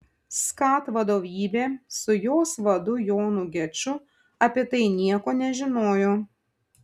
skat vadovybė su jos vadu jonu geču apie tai nieko nežinojo